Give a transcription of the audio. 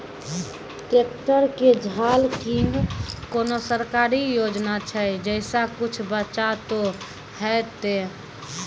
Tractor के झाल किंग कोनो सरकारी योजना छ जैसा कुछ बचा तो है ते?